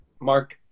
Mark